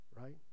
right